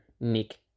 Nick